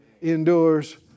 endures